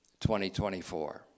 2024